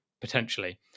potentially